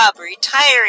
retiring